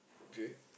okay